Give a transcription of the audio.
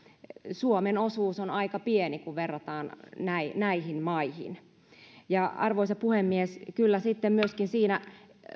suomen osuus on aika pieni kun verrataan näihin maihin arvoisa puhemies kyllä sitten myöskin